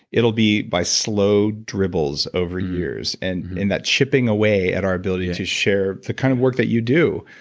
it'll be by slow dribbles over years. and in that chipping away at our ability to share the kind of work that you do.